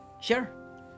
Sure